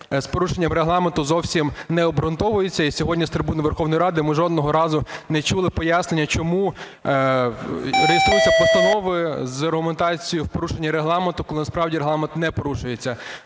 з порушенням Регламенту, зовсім не обґрунтовується, і сьогодні з трибуни Верховної Ради ми жодного разу не чули пояснення, чому реєструються постанови з аргументацією "порушення Регламенту", коли насправді Регламент не порушується?